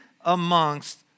amongst